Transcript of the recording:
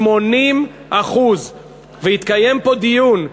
80%. והתקיים פה דיון.